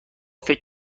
فکر